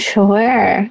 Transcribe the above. Sure